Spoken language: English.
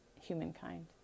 humankind